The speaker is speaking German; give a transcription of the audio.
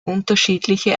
unterschiedliche